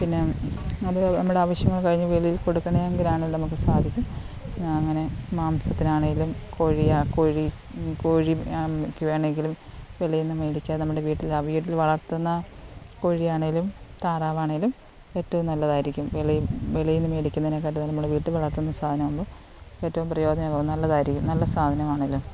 പിന്നെ അത് നമ്മുടെ ആവശ്യങ്ങൾ കഴിഞ്ഞ് വെളിയിൽ കൊടുക്കുവാണെങ്കിലാണെങ്കിലും നമുക്ക് സാധിക്കും അങ്ങനെ മാംസത്തിനാണെങ്കിലും കോഴിയെ കോഴി കോഴി ക്ക് വേണമെങ്കിലും വെളിയിൽ നിന്ന് മേടിക്കാതെ നമ്മുടെ വീട്ടിൽ ആ വീട്ടിൽ വളർത്തുന്ന കോഴിയാണെങ്കിലും താറാവാണെങ്കിലും ഏറ്റവും നല്ലതായിരിക്കും വെളീ വെളിയിൽ നിന്ന് മേടിക്കുന്നതിനേക്കാട്ടും നമ്മൾ വീട്ടിൽ വളർത്തുന്ന സാധനം ആവുമ്പോൾ ഏറ്റവും പ്രയോജനം ആവും നല്ലതായിരിക്കും നല്ല സാധനം ആണല്ലോ